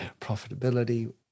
profitability